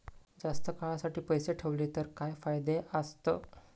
जास्त काळासाठी पैसे ठेवले तर काय फायदे आसत?